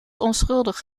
onschuldig